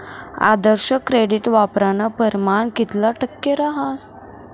आदर्श credit वापरानं परमाण कितला टक्का रहास